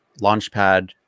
launchpad